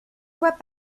voit